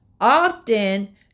Often